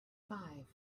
five